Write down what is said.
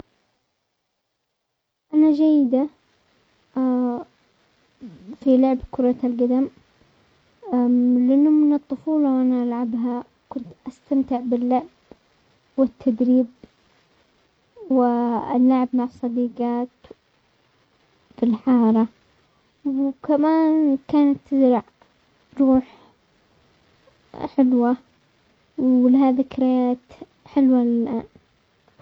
انا جيدة في لعب كرة القدم، لانه من الطفولة وانا العبها، كنت استمتع باللعب والتدريب و اللعب مع الصديقات في الحارة، وكمان كانت تروح حلوة ولها ذكريات حلوة.